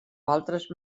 altres